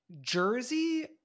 Jersey